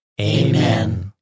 Amen